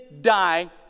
die